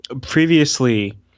previously